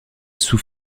sous